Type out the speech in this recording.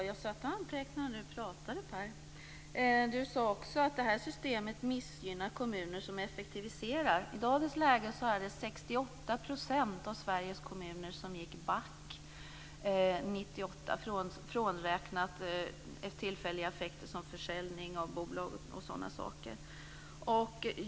Fru talman! Jag antecknade medan du pratade, Per! Du sade också att det här systemet missgynnar kommuner som effektiviserar. I dagens läge är det frånräknat tillfälliga effekter som försäljning av bolag och sådana saker.